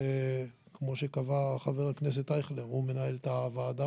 וכמו שקבע חה"כ אייכלר הוא מנהל את הוועדה,